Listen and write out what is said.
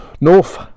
North